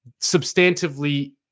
substantively